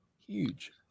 Huge